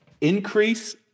Increase